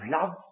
love